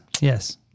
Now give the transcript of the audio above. Yes